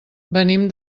venim